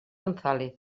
gonzález